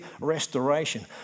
restoration